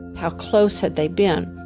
how close had they been?